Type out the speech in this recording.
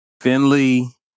Finley